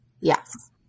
Yes